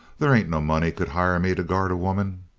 they ain't no money could hire me to guard a woman.